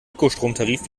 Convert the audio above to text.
ökostromtarif